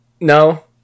No